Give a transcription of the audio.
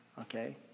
okay